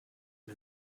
him